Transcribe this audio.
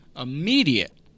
immediate